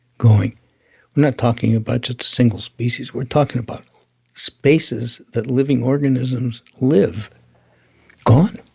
going. we're not talking about just a single species. we're talking about spaces that living organisms live gone,